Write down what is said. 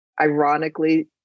Ironically